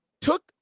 took